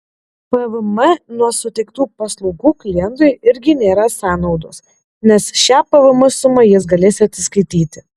pvm nuo suteiktų paslaugų klientui irgi nėra sąnaudos nes šią pvm sumą jis galės atskaityti